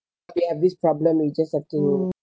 we have this problem we just have to